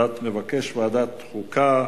מבקש ועדת חוקה.